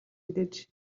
мэдээж